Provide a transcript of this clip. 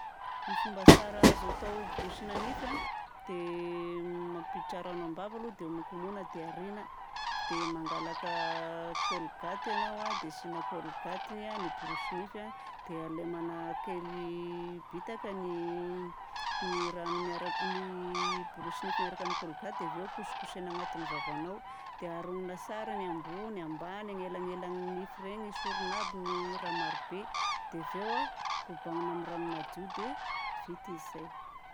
Ny fomba tsara azo atao hiborosiana nify a dia: mampiditra rano ao am-bava aloha dia mokomohina dia ariana, dia mangalaka colgate ianao a dia asiana colgate ny borosinify. Dia lemana kely bitaka ny ny rano miaraka ny ny borosinify miaraka amin'ny colgate dia avy eo kosokosehina agnatin'ny vavanao. Dia haronina tsara ny ambony ambany anelanelan'ny nify ireny hesorina aby ny raha marobe, dia avy eo a kobanina amin'ny rano madio, dia vita izy izay.